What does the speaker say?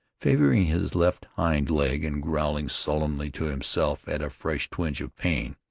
favoring his left hind leg and growling sullenly to himself at a fresh twinge of pain.